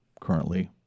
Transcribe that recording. currently